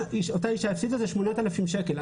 הפסידה זה 8,000 שקל.